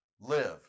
live